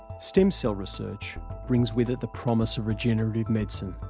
stem cell research brings with it the promise of regenerative medicine.